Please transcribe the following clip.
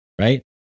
right